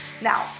Now